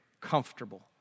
comfortable